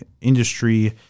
industry